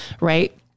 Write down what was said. right